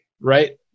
Right